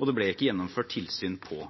og det ble ikke gjennomført tilsyn på